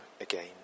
again